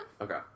Okay